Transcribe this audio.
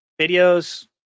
videos